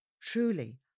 truly